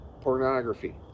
pornography